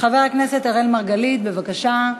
חבר הכנסת אראל מרגלית, בבקשה.